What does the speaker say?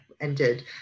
ended